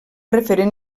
referent